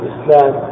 Islam